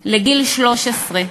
לגיל 13,